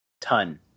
Ton